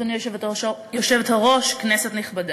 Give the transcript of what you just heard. גברתי היושבת-ראש, כנסת נכבדה,